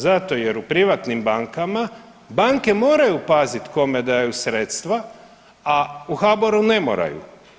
Zato jer u privatnim bankama banke moraju paziti kome daju sredstva, a u HBOR-u ne moraju.